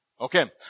Okay